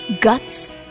Guts